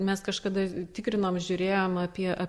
mes kažkada tikrinom žiūrėjom apie